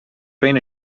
been